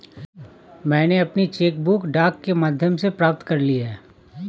मैनें अपनी cheque book डाक के माध्यम से प्राप्त कर ली है